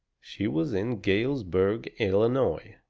she was in galesburg, illinois,